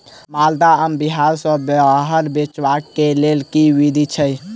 माल्दह आम बिहार सऽ बाहर बेचबाक केँ लेल केँ विधि छैय?